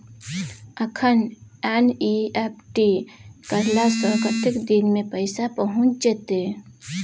अखन एन.ई.एफ.टी करला से कतेक दिन में पैसा पहुँच जेतै?